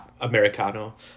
Americano